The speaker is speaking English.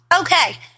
Okay